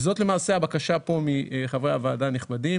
זאת למעשה הבקשה פה מחברי הוועדה הנכבדים